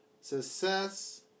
success